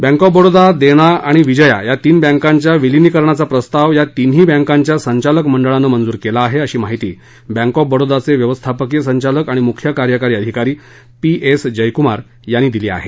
bank of Baroda Dena आणि विजया या तीन बँकाच्या विलिनीकरणाचा प्रस्ताव या तिन्ही बँकांच्या संचालक मंडळानं मंजूर केला आहे अशी माहिती बँक ऑफ बडोदाचे व्यवस्थापकीय संचालक आणि मुख्य कार्यकारी अधिकारी पी एस जयकुमार यांनी दिली आहे